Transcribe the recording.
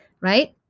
right